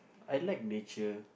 I like nature